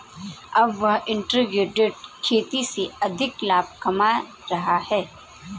अब वह इंटीग्रेटेड खेती से अधिक लाभ कमा रहे हैं